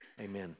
amen